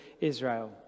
Israel